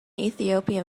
ethiopian